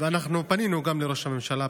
ואנחנו פנינו גם לראש הממשלה,